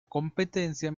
competencia